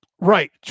Right